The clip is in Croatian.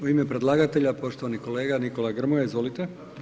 U ime predlagatelja poštovani kolega Nikola Grmoja, izvolite.